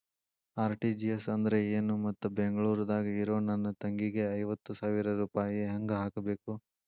RTGS ಅಂದ್ರ ಏನು ಮತ್ತ ಬೆಂಗಳೂರದಾಗ್ ಇರೋ ನನ್ನ ತಂಗಿಗೆ ಐವತ್ತು ಸಾವಿರ ರೂಪಾಯಿ ಹೆಂಗ್ ಹಾಕಬೇಕು?